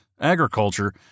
agriculture